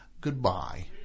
goodbye